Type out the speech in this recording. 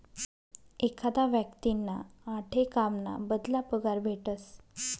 एखादा व्यक्तींना आठे काम ना बदला पगार भेटस